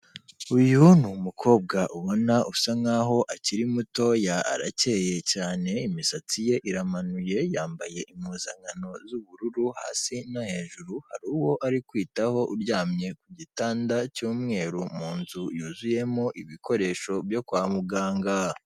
Uyu ni umukobwa ubona usa nkaho akiri mutoya arakeyeye cyane imisatsi ye iramanuye, yambaye impuzankano z'ubururu hasi no hejuru, hari uwo ari kwitaho uryamye ku gitanda cy'umweru mu nzu yuzuyemo ibikoresho byo kwa muganga.